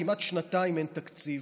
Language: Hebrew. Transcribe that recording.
כמעט שנתיים אין תקציב,